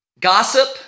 gossip